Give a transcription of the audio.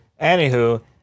Anywho